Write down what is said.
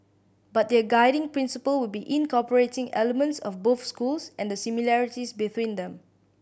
but their guiding principle will be incorporating elements of both schools and the similarities between them